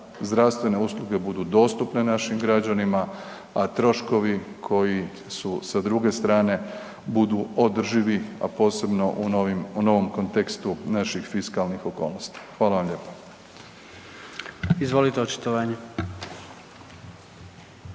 zdravstvene usluge budu dostupne našim građanima a troškovi koji su sa druge strane budu održivi a posebno u novom kontekstu naših fiskalnih okolnosti. Hvala vam lijepa. **Jandroković,